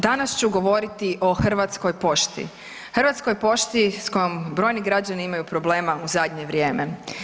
Danas ću govoriti o Hrvatskoj pošti, Hrvatskoj pošti s kojom brojni građani imaju problema u zadnje vrijeme.